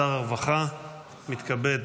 שר הרווחה מתכבד